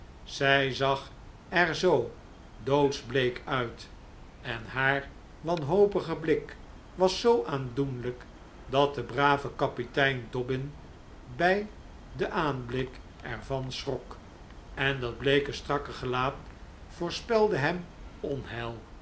zij zag er zoo doodsbleek uit en haar wanhopige blik was zoo aandoenlijk dat de brave kapitein dobbin bij den aanblik er van schrok en dat bleeke strakke gelaat voorspelde hem onheil